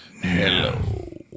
Hello